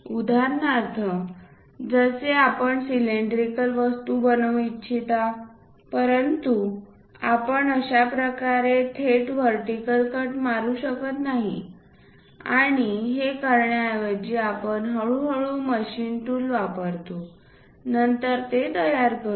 उदाहरणार्थ जसे आपण सिलेंड्रिकल वस्तू बनवू इच्छिता परंतु आपण अशा प्रकारे थेट वर्टीकल कट मारू शकत नाही आणि हे करण्या ऐवजी आपण हळूहळू मशीन टूल वापरतो आणि नंतर ते तयार करतो